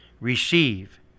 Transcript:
receive